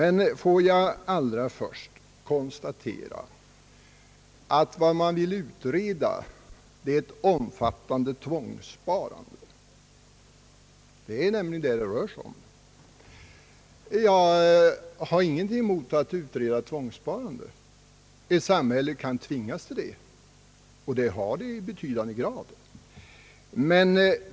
Får jag dock allra först konstatera, att vad man vill utreda är ett omfattande tvångssparande. Det är nämligen vad det rör sig om. Jag har ingenting emot att tvångssparande utreds. Ett samhälle kan tvingas till tvångsåtgärder, och det har skett i betydande grad.